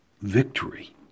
victory